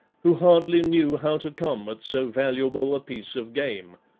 who hardly knew how to come at so valuable a piece of game.